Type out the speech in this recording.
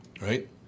Right